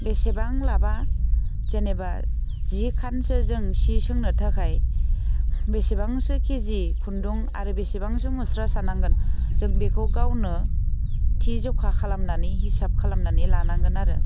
बेसेबां लाबा जेनेबा जि खानसो जों सि सोंनो थाखाय बेसेबांसो केजि खुन्दुं आरो बेसेबांसो मुस्रा सानांगोन जों बेखौ गावनो थि जखा खालामनानै हिसाब खालामनानै लानांगोन आरो